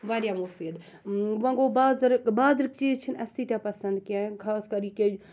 واریاہ مُفیٖد وۄنۍ گوٚو بازرٕ بازرٕکۍ چیٖز چھِنہٕ اسہِ تیٖتیاہ پسنٛد کینٛہہ خاص کر یہِ کے